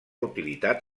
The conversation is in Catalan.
utilitat